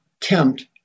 tempt